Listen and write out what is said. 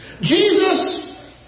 Jesus